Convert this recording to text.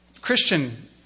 Christian